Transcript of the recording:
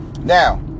now